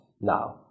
now